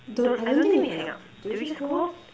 don't I don't think we hang up do we just go off